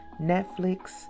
Netflix